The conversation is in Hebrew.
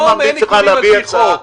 אני ממליץ לך להביא הצעה.